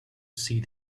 see